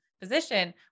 position